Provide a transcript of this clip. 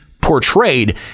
portrayed